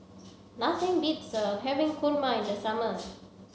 nothing beats having kurma in the summer